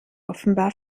offenbar